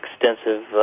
extensive